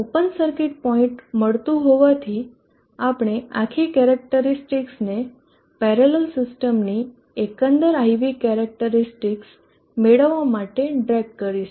open circuit point મળતું હોવાથી આપણે આખી કેરેક્ટરીસ્ટિકસને પેરેલલ સીસ્ટમની એકન્દર IV કેરેક્ટરીસ્ટિકસ મેળવવા માટે ડ્રેગ કરીશું